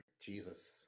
Jesus